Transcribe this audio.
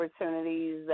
opportunities